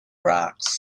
rocks